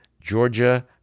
Georgia